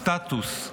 סטטוס,